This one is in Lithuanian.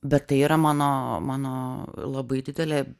bet tai yra mano mano labai didelė